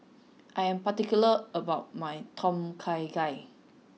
I am particular about my Tom Kha Gai